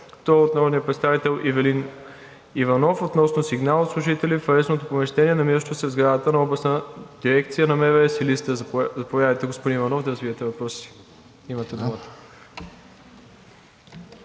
Той е от народния представител Ивелин Иванов относно сигнал от служители в арестното помещение, намиращо се в сградата на Областна дирекция на МВР – Силистра. Заповядайте, господин Иванов, да развиете въпроса си – имате думата.